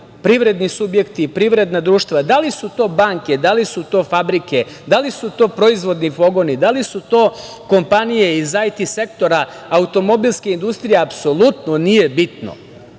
privredni subjekti, privredna društva, da li su to banke, da li su to fabrike, da li su to proizvodni pogoni, da li su to kompanije iz IT sektora, automobilske industrije apsolutno nije bitno.